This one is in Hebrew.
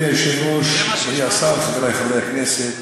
אדוני היושב-ראש, אדוני השר, חברי חברי הכנסת,